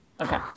Okay